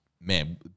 man –